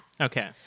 Okay